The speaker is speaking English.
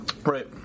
Right